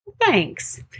Thanks